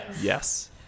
Yes